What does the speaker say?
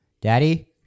Daddy